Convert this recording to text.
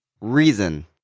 Reason